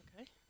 Okay